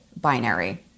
binary